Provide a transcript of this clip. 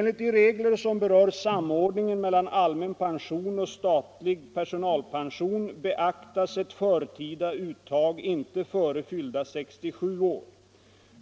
Enligt de regler som berör samordningen mellan allmän pension och statlig personalpension beaktas ett förtida uttag inte före fyllda 67 år.